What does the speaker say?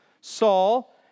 Saul